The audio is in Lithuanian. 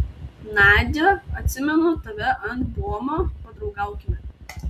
nadia atsimenu tave ant buomo padraugaukime